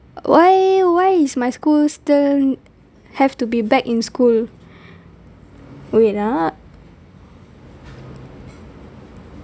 why why is my school still have to be back in school wait ah